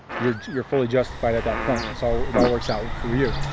youire youire fully justified at that point. so it all works out for you.